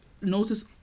Notice